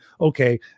okay